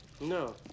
No